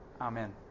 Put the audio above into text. Amen